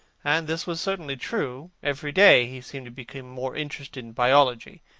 and this was certainly true. every day he seemed to become more interested in biology,